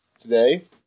today